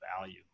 value